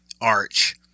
arch